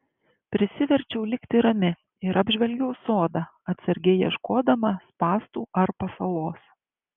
prisiverčiau likti rami ir apžvelgiau sodą atsargiai ieškodama spąstų ar pasalos